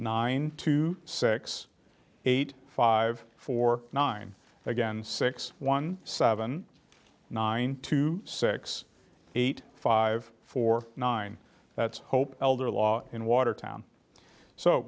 nine two six eight five four nine again six one seven nine two six eight five four nine that's hope elder law in watertown so